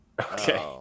okay